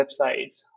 websites